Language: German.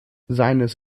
seines